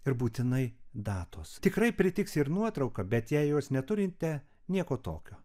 ir būtinai datos tikrai pritiks ir nuotrauka bet jei jos neturite nieko tokio